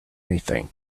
anything